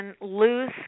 lose